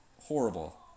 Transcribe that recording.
horrible